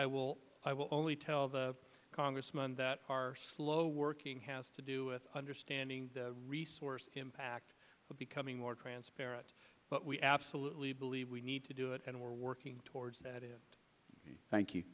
i will i will only tell the congressman that our slow working has to do with understanding the resource impact of becoming more transparent but we absolutely believe we need to do it and we're working towards that is thank you